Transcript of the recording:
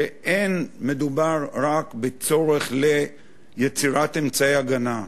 שלא מדובר רק בצורך ליצירת אמצעי הגנה.